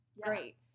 Great